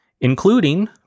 including